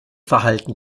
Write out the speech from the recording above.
verhalten